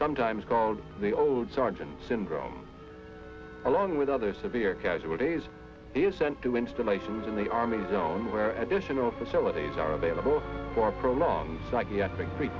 sometimes called the old sergeant syndrome along with other severe casualties he's sent to installations in the army zone where additional facilities are available for prolonged psychiatric trea